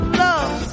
love